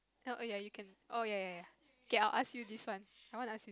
oh err you can oh ya ya ya okay I'll ask you this one I want to ask you